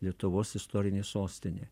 lietuvos istorinė sostinė